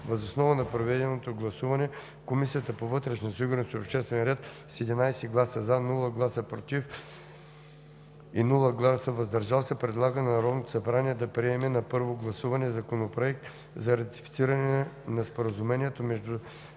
Въз основа на проведеното гласуване Комисията по вътрешна сигурност и обществен ред с 11 гласа „за“, без „против“ и „въздържал се“ предлага на Народното събрание да приеме на първо гласуване Законопроект за ратифициране на Споразумението между